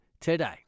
today